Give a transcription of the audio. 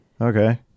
okay